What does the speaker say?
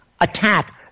Attack